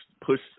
push